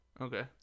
Okay